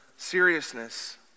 seriousness